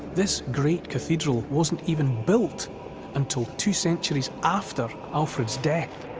this great cathedral wasn't even built until two centuries after alfred's death.